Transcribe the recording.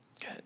good